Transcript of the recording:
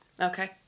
Okay